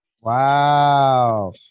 wow